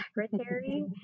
secretary